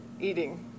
eating